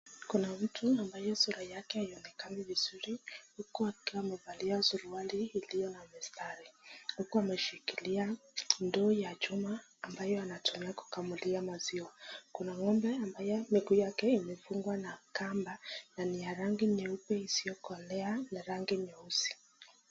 Kuna mtu ambaye sura yake haionekani vizuri huku akiwa amevalia suruali iliyo na mistari, huku ameshikila ndoo ya chuma ambayo anatumia kukamulia maziwa, kuna ng'ombe ambayo miguu yake imefungwa na kamba na ni ya rangi nyeupe isiyokolea na rangi nyeusi.